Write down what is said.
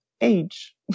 age